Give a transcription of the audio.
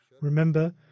remember